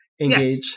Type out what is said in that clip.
engage